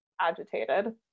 agitated